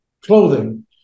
clothing